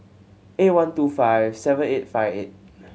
eight one two five seven eight five eight